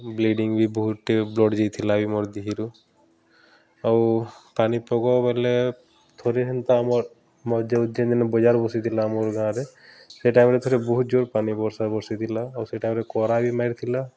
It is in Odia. ବ୍ଲିଡ଼ିଂ ବି ବହୁତ୍ ଟେ ବ୍ଲଡ଼୍ ଯାଇଥିଲା ବି ମୋର୍ ଦିହୀରୁ ଆଉ ପାନି ପୋକ ବେଲେ ଥରେ ହେନ୍ତା ଆମର୍ ଯେନ୍ ଦିନେ ବଜାର୍ ବସିଥିଲା ଆମର୍ ଗାଁରେ ସେ ଟାଇମ୍ରେ ଥରେ ବହୁତ୍ ଜୋର୍ ପାନି ବର୍ଷା ବର୍ଷିଥିଲା ଆଉ ସେ ଟାଇମ୍ରେ କରା ବି ମାରିଥିଲା